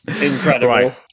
incredible